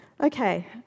okay